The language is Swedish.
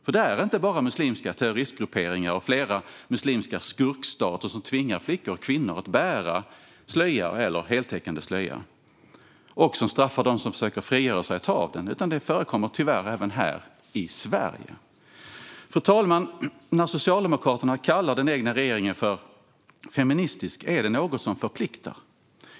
Det är inte bara muslimska terroristgrupperingar och flera muslimska skurkstater som tvingar flickor och kvinnor att bära slöja eller heltäckande slöja och som straffar dem som försöker frigöra sig och ta av den. Det förekommer tyvärr även här i Sverige. Fru talman! När Socialdemokraterna kallar den egna regeringen för feministisk är det något som förpliktar.